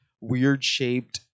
weird-shaped